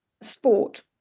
sport